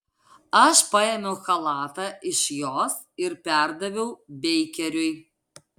aš paėmiau chalatą iš jos ir perdaviau beikeriui